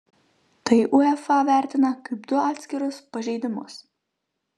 tai uefa vertina kaip du atskirus pažeidimus